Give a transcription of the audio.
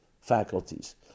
faculties